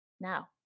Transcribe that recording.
Now